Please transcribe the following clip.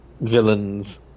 villains